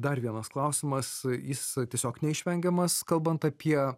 dar vienas klausimas jis tiesiog neišvengiamas kalbant apie